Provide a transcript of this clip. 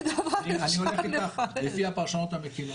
בעיה, אני הולך איתך, לפי הפרשנות המקלה.